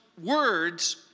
words